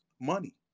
Money